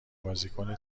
بازیکن